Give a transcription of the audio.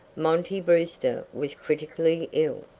monty brewster was critically ill.